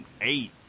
eight